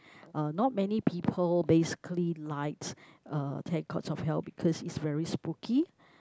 uh not many people basically liked uh ten courts of hell because it's very spooky